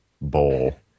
bowl